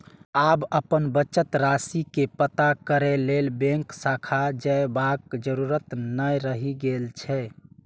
आब अपन बचत राशि के पता करै लेल बैंक शाखा जयबाक जरूरत नै रहि गेल छै